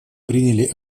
приняли